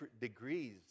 degrees